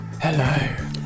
Hello